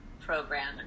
program